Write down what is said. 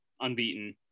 unbeaten